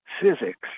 physics